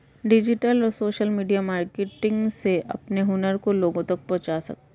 digital और social media marketing से अपने हुनर को लोगो तक पहुंचा सकते है